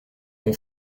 ton